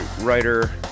writer